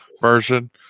version